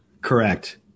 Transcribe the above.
Correct